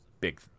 big